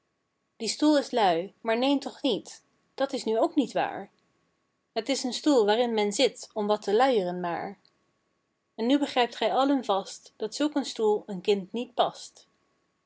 die stoel is lui maar neen toch niet dat is nu ook niet waar het is een stoel waarin men zit om wat te lui'ren maar en nu begrijpt gij allen vast dat zulk een stoel een kind niet past